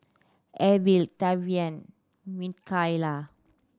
Abel Tavian Micayla